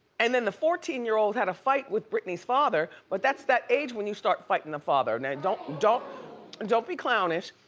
and then the fourteen year old had a fight with britney's father but that's that age when you start fighting a father. now don't. don't and don't be clownish.